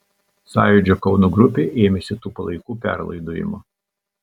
sąjūdžio kauno grupė ėmėsi tų palaikų perlaidojimo